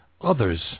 others